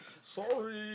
sorry